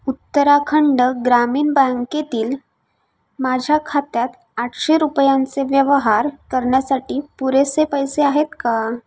उत्तराखंड ग्रामीण बँकेतील माझ्या खात्यात आठशे रुपयांचे व्यवहार करण्यासाठी पुरेसे पैसे आहेत का